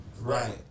Right